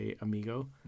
Amigo